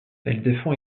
défend